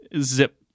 zip